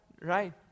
Right